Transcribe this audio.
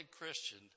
Christian